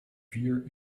vier